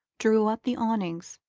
drew up the awnings,